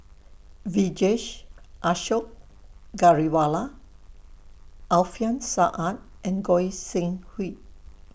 Vijesh Ashok Ghariwala Alfian Sa'at and Goi Seng Hui